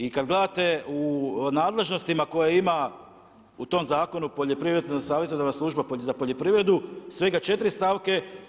I kad gledate u nadležnostima koje ima u tom zakonu poljoprivredno savjetodavna služba za poljoprivredu, svega 4 stavke.